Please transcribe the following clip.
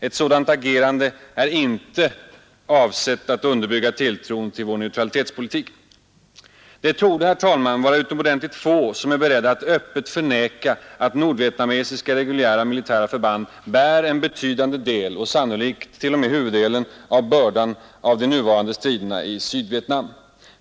Ett sådant agerande är inte ägnat att underbygga tilltron till vår neutralitetspolitik. Det torde vara utomordentligt få som är beredda att öppet förneka att nordvietnamesiska reguljära militära förband bär en betydande del, sannolikt t.o.m. huvuddelen, av bördan av de nuvarande striderna i Sydvietnam.